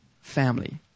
family